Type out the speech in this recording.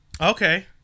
Okay